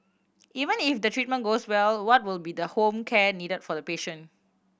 even if the treatment goes well what will be the home care needed for the patient